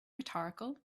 rhetorical